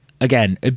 Again